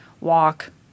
Walk